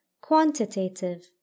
quantitative